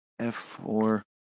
F4